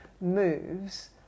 moves